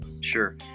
Sure